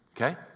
Okay